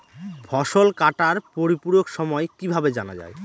ফসল কাটার পরিপূরক সময় কিভাবে জানা যায়?